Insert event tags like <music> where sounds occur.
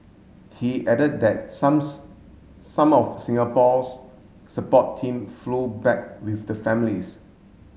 he added that <unintelligible> some of Singapore's support team flew back with the families